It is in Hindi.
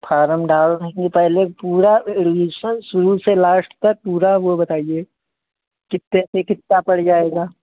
फारम डाल पहले पूरा शुरू से लास्ट तक पूरा वो बताइए कितने पर कितना पड़ जाएगा